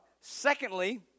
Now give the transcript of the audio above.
Secondly